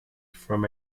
from